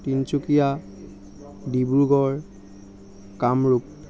Tinsukia Dibrugarh Kamrup